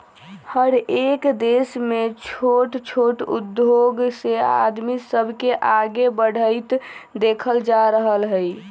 हरएक देश में छोट छोट उद्धोग से आदमी सब के आगे बढ़ईत देखल जा रहल हई